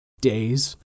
days